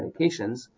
medications